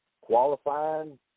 qualifying